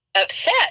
upset